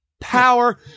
power